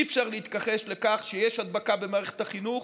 אי-אפשר להתכחש לכך שיש הדבקה במערכת החינוך,